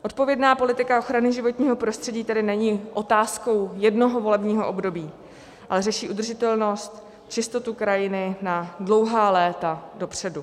Odpovědná politika ochrany životního prostředí tedy není otázkou jednoho volebního období, ale řeší udržitelnost, čistotu krajiny na dlouhá léta dopředu.